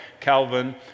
Calvin